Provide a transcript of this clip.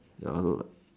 ya I don't like